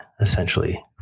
essentially